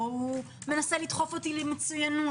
מנסה לדחוף אותי למצוינות.